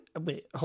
wait